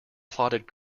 clotted